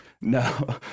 No